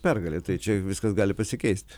pergalė tai čia viskas gali pasikeist